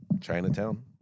Chinatown